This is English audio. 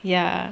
ya